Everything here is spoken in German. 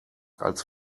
als